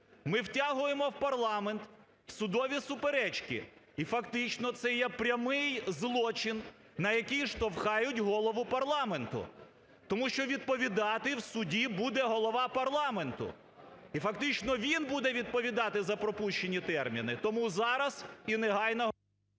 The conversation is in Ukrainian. ми втягуємо в парламент судові суперечки і фактично, це є прямий злочин, на який штовхають Голову парламенту, тому що відповідати в суді буде Голова парламенту і фактично, він буде відповідати за пропущені терміни, тому зараз і негайно…